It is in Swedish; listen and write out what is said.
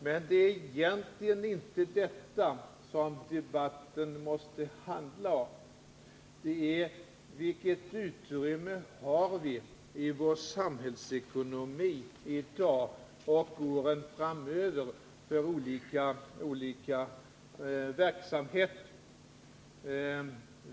Men det är egentligen inte detta som debatten måste handla om, utan det är vilket utrymme vi har i vår samhällsekonomi i dag och åren framöver för olika verksamheter.